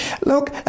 Look